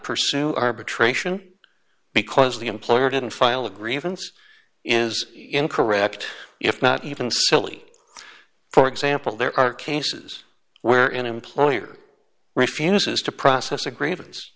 pursue arbitration because the employer didn't file a grievance is incorrect if not even silly for example there are cases where an employer refuses to process a gr